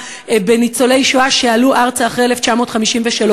בניצולי השואה שעלו ארצה אחרי 1953,